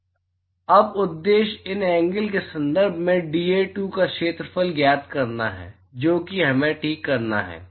तो अब उद्देश्य इन एंगल के संदर्भ में dA2 का क्षेत्रफल ज्ञात करना है जो कि हमें ठीक करना है